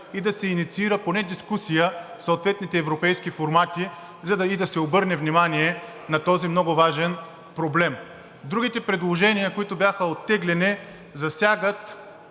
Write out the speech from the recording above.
да се инициира поне дискусия в съответните европейски формати и да се обърне внимание на този много важен проблем. Другите предложения, които бяха оттеглени, засягат